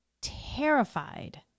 terrified